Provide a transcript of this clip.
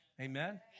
Amen